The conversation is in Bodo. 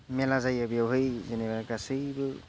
मेला जायो बेयावहाय जेनेबा गासैबो